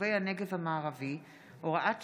וליישובי הנגב המערבי (הוראת שעה)